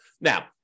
Now